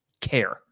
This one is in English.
care